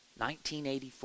1984